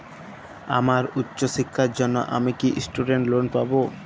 আমার উচ্চ শিক্ষার জন্য আমি কি স্টুডেন্ট লোন পাবো